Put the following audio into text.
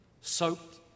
soaked